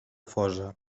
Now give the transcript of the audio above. fosa